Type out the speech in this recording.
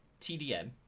TDM